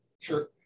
sure